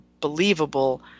believable